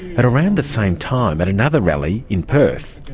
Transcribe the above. at around the same time at another rally in perth,